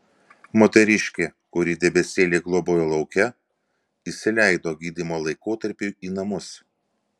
moteriškė kuri debesėlį globojo lauke įsileido gydymo laikotarpiui į namus